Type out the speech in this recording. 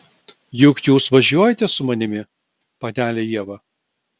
juk jūs važiuojate su manimi panele ieva